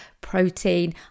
protein